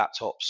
laptops